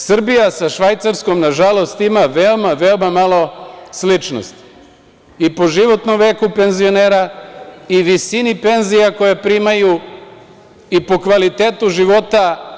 Srbija sa Švajcarskom, nažalost, ima veoma, veoma malo sličnosti i po životnom veku penzionera i visini penzija koje primaju i po kvalitetu života.